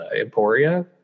Emporia